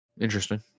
Interesting